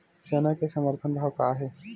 चना के समर्थन भाव का हे?